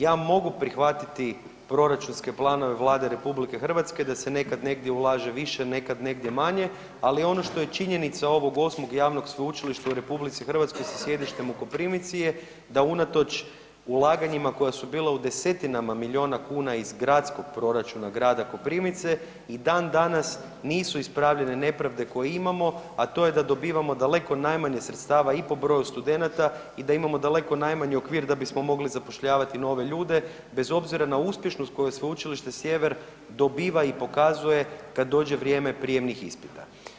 Ja mogu prihvatiti proračunske planove Vlade RH da se nekad negdje ulaže više, nekad negdje manje, ali ono što je činjenica ovog osmog javnog sveučilišta u RH sa sjedištem u Koprivnici je da unatoč ulaganjima koja su bila u 10-tinama miliona kuna iz gradskog proračuna grada Koprivnice i dan danas nisu ispravljene nepravde koje imamo, a to je da dobivamo daleko najmanje sredstava i po broju studenata i da imamo daleko najmanji okvir da bismo mogli zapošljavati nove ljude bez obzira na uspješnost koju Sveučilište Sjever dobiva i pokazuje kad dođe vrijeme prijemnih ispita.